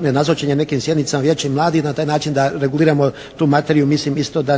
nenazočenje nekim sjednicama Vijeća mladih i na taj način da reguliramo tu materiju. Mislim isto da